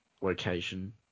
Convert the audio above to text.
location